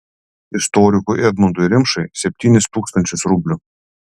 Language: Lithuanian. istorikui edmundui rimšai septynis tūkstančius rublių